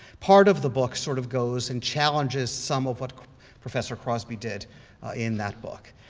part of the book sort of goes and challenges some of what professor crosby did in that book.